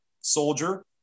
soldier